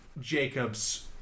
Jacob's